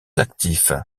actif